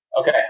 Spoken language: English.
Okay